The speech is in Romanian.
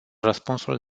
răspunsul